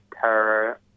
terror